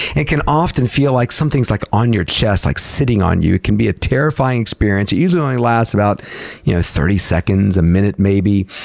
it can often feel like something is like on your chest, like, sitting on you. it can be a terrifying experience. it usually only lasts about you know thirty seconds, a minute maybe,